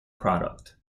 product